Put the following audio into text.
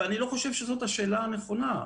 ואני לא חושב שזאת השאלה הנכונה.